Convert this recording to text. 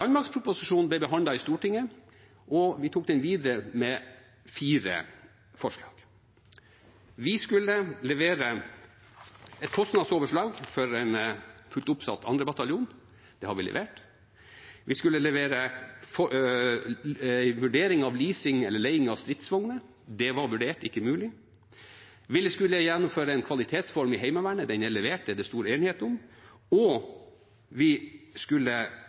Landmaktproposisjonen ble behandlet i Stortinget, og vi tok den videre med fire forslag: Vi skulle levere et kostnadsoverslag for en fullt ut oppsatt 2. bataljon. Det har vi levert. Vi skulle levere en vurdering av leasing eller leie av stridsvogner. Det var vurdert ikke mulig. Vi skulle gjennomføre en kvalitetsreform i Heimevernet. Den er levert, det er det stor enighet om. Og vi skulle